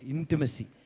Intimacy